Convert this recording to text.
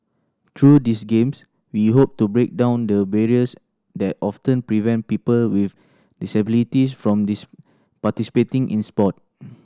through these Games we hope to break down the barriers that often prevent people with disabilities from participating in sport